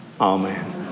Amen